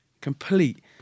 Complete